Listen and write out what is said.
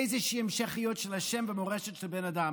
איזושהי המשכיות של השם והמורשת של בן אדם,